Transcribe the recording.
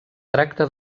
tracta